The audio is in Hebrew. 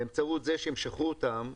באמצעות זה שימשכו אותן.